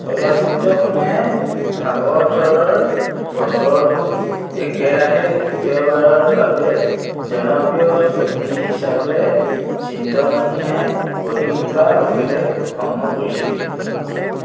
চলচ্চিত্ৰখনে ভাগৱথৰৰ বছৰটোত একেৰাহে দ্বিতীয়বাৰৰ বাবে জনপ্ৰিয় ছবি হিচাপে চিন্তামণিয়ে গঢ়ি তোলা অভিলেখ ভংগ কৰিছিল